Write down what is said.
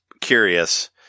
curious